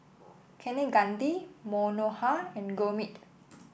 Kaneganti Manohar and Gurmeet